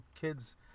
kids